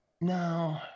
No